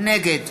נגד